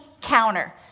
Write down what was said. counter